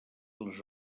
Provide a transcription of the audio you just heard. les